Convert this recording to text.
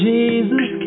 Jesus